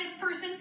person